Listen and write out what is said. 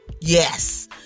yes